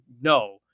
no